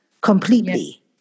completely